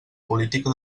política